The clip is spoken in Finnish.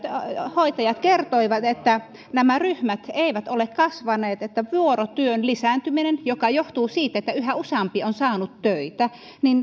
hoitajat kertoivat että ryhmät eivät ole kasvaneet että vuorotyön lisääntyminen johtuu siitä että yhä useampi on saanut töitä